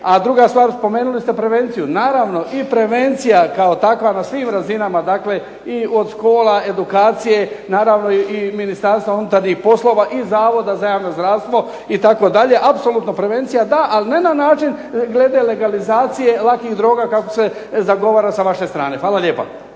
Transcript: A druga stvar spomenuli ste prevenciju, naravno i prevencija kao takva na svim razinama dakle i od škola, edukacije, naravno i Ministarstva unutarnjih poslova i Zavoda za javno zdravstvo itd., apsolutno prevencija da, ali ne na način glede legalizacije lakih droga kako se zagovara sa vaše strane. Hvala lijepa.